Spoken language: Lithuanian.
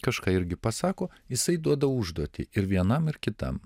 kažką irgi pasako jisai duoda užduotį ir vienam ir kitam